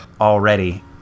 Already